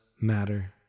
matter